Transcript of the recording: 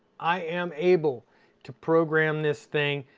i am able to program this thing